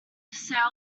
sail